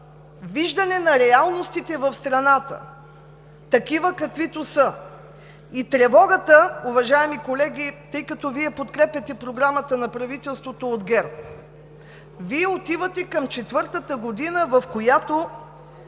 виждане на реалностите в страната такива, каквито са. И тревогата, уважаеми колеги, тъй като подкрепяте Програмата на правителството от ГЕРБ, Вие отивате към четвъртата година, в която